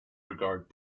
regard